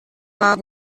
war